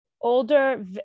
Older